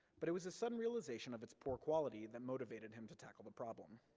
but it was his sudden realization of its poor quality that motivated him to tackle the problem.